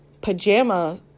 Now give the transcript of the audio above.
pajama